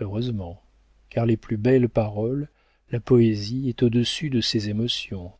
heureusement car les plus belles paroles la poésie est au-dessous de ces émotions